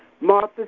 Martha